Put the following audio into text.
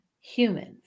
humans